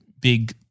big